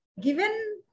Given